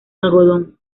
algodón